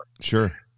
Sure